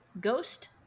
ghost